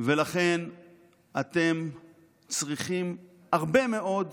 אתם צריכים הרבה מאוד